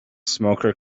smoker